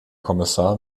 kommissar